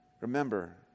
Remember